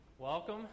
Welcome